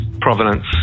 provenance